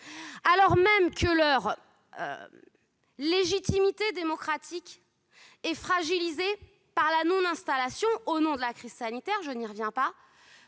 alors même que leur légitimité démocratique est fragilisée par la non-installation, au nom de la crise sanitaire, des conseils